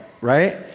right